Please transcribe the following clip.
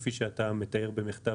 כפי שאתה מתאר במכתב,